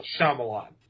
Shyamalan